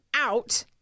out